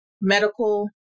Medical